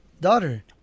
daughter